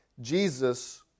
Jesus